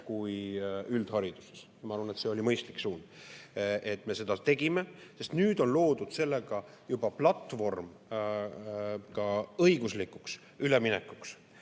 ka üldhariduses. Ma arvan, et see oli mõistlik suund, et me seda tegime, sest nüüd on loodud sellega juba platvorm ka õiguslikuks üleminekuks.